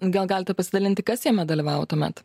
gal galite pasidalinti kas jame dalyvavo tuomet